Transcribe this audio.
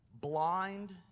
blind